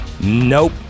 Nope